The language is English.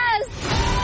Yes